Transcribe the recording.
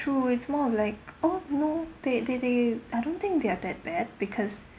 true is more of like oh no they they they I don't think they're that bad because